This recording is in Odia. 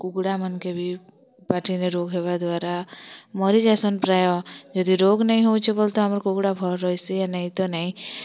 କୁକୁଡ଼ା ମାନ୍ କେ ବି ପାଟିନେ ରୋଗ୍ ହେବା ଦ୍ବାରା ମରି ଯାଇସନ୍ ପ୍ରାୟ ଯଦି ରୋଗ ନେଇ ହଉଛେ ବୋଲି ତ ଆମର୍ କୁକୁଡ଼ା ଭଲ୍ ରହିସି ଆ ନେଇଁ ତ ନେଇ